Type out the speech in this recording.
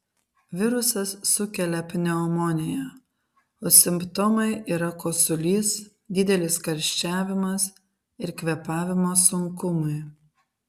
virusas sukelia pneumoniją o simptomai yra kosulys didelis karščiavimas ir kvėpavimo sunkumai